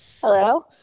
Hello